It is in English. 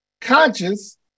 conscious